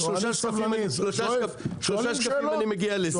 עוד שלושה שקפים ואני מגיע לזה.